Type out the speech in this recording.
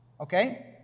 Okay